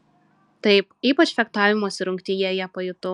taip ypač fechtavimosi rungtyje ją pajutau